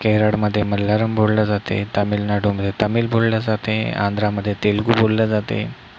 केरळमध्ये मल्यााळम बोलली जाते तामिळनाडूमध्ये तमिळ बोलली जाते आंध्रामध्ये तेलगू बोलली जाते